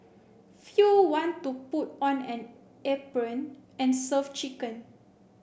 few want to put on an apron and serve chicken